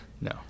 No